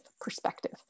perspective